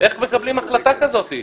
איך מקבלים החלטה כזאת?